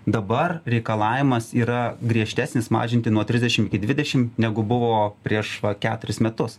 dabar reikalavimas yra griežtesnis mažinti nuo trisdešimt iki dvidešimt negu buvo prieš keturis metus